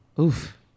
oof